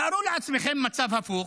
תארו לעצמכם מצב הפוך,